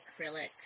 acrylic